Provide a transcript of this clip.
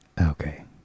Okay